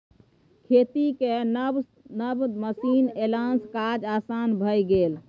खेतीक नब नब मशीन एलासँ काज आसान भए गेल